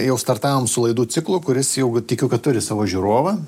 jau startavom su laidų ciklu kuris jau tikiu kad turi savo žiūrovą